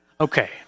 Okay